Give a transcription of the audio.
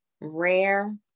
rare